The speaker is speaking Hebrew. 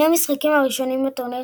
שני המשחקים הראשונים בטורניר